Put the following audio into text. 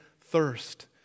thirst